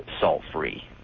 salt-free